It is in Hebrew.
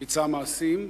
ביצע מעשים,